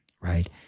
right